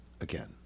again